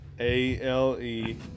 A-L-E